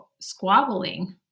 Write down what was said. squabbling